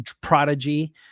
prodigy